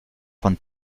von